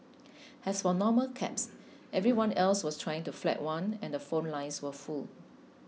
as for normal cabs everyone else was trying to flag one and the phone lines were full